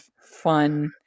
fun